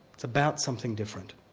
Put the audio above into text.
it's about something different,